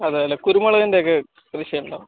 അതെയല്ലേ കുരുമുളകിൻറ്റെയൊക്കെ കൃഷി ഉണ്ടോ